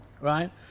Right